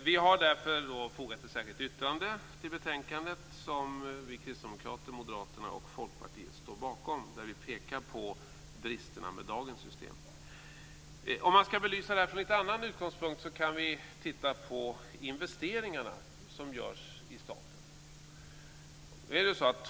Vi har därför fogat ett särskilt yttrande till betänkandet som Kristdemokraterna, Moderaterna och Folkpartiet står bakom och där vi pekar på bristerna med dagens system. Om man ska belysa detta från en annan utgångspunkt kan man titta på investeringarna som görs i staten.